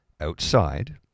outside